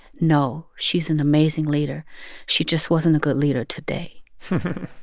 no, she's an amazing leader she just wasn't a good leader today.